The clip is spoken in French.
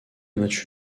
match